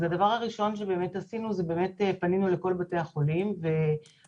אז הדבר הראשון שבאמת עשינו זה באמת פנינו לכל בתי החולים ואכן,